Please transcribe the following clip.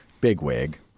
bigwig